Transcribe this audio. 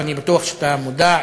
ואני בטוח שאתה מודע,